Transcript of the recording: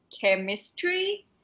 chemistry